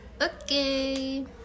Okay